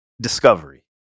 discovery